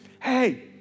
Hey